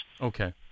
okay